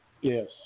Yes